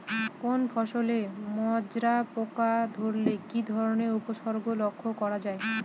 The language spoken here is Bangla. কোনো ফসলে মাজরা পোকা ধরলে কি ধরণের উপসর্গ লক্ষ্য করা যায়?